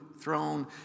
throne